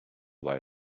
they